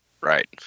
Right